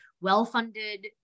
well-funded